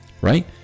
right